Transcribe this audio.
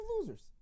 losers